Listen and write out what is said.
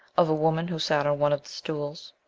of a woman who sat on one of the stools.